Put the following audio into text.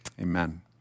amen